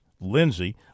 Lindsey